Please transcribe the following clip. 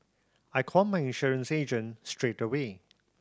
I called my insurance agent straight away